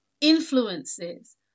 influences